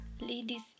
ladies